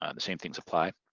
um the same things apply.